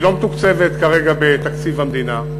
היא לא מתוקצבת כרגע בתקציב המדינה.